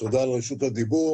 תודה על רשות הדיבור.